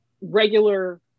regular